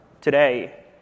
today